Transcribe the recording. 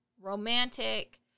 romantic